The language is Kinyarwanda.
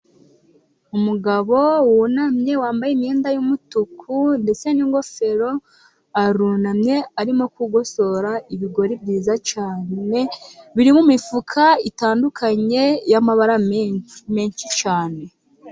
Umugabo wunamye wambaye imyenda y'umutuku ndetse n'ingofero, arunamye arimo kugosora ibigori byiza cyane, biri mu mifuka itandukanye y'amabara menshi menshi cyane.